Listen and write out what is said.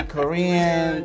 Korean